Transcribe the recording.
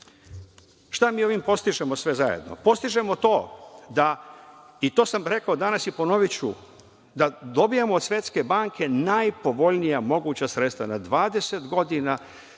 šta mi ovim postižemo sve zajedno? Postižemo to da, i to sam rekao danas i ponoviću, da dobijamo od Svetske banke najpovoljnija moguća sredstva na 20 godina